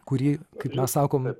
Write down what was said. kurį kaip mes sakom